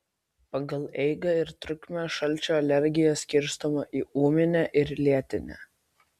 pagal eigą ir trukmę šalčio alergija skirstoma į ūminę ir lėtinę